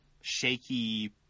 shaky